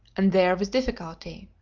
and there with difficulty.